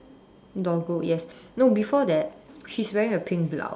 doggo yes no before that she's wearing a pink blouse